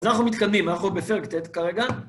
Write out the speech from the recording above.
אז אנחנו מתקדמים, אנחנו בפרק ט' כרגע.